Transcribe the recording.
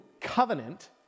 covenant